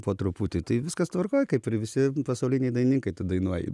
po truputį tai viskas tvarkoj kaip ir visi pasauliniai dainininkai tu dainuoji